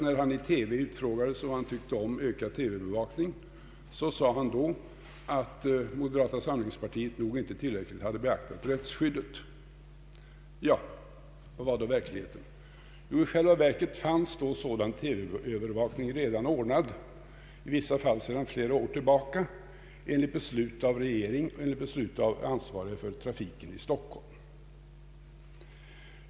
När han i TV utfrågades om vad han tyckte om ökad TV-övervakning, sade han att moderata samlingspartiet nog inte tillräckligt hade beaktat rättsskyddet. Hur var då verkligheten? I själva verket fanns sådan TV-övervakning redan ordnad, i vissa fall sedan flera år tillbaka, enligt beslut av regeringen och av ansvariga för trafiken i Stockholm.